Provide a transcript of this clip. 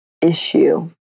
issue